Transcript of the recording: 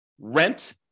rent